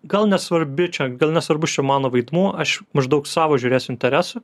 gal nesvarbi čia nesvarbus čia mano vaidmuo aš maždaug savo žiūrėsiu interesų